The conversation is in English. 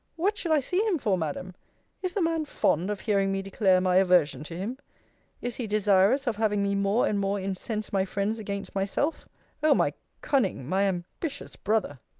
what should i see him for, madam is the man fond of hearing me declare my aversion to him is he desirous of having me more and more incense my friends against myself o my cunning, my ambitious brother!